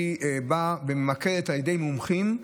היא באה וממקדת על ידי מומחים,